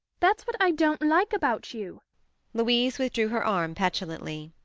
that's what i don't like about you louise withdrew her arm petulantly.